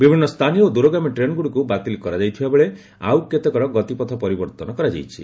ବିଭିନ୍ନ ସ୍ଥାନୀୟ ଓ ଦୂରଗାମୀ ଟ୍ରେନ୍ଗୁଡ଼ିକୁ ବାତିଲ କରାଯାଇଥିବା ବେଳେ ଆଉ କେତେକ ଗତିପଥ ପରିବର୍ତ୍ତନ କରାଯାଇଛି